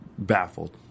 Baffled